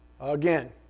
Again